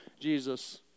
Jesus